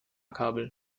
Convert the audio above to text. kabel